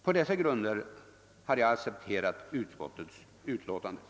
På dessa grunder har jag accepterat utskottets hemställan.